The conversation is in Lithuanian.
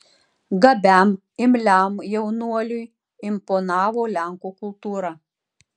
gabiam imliam jaunuoliui imponavo lenkų kultūra